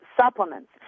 supplements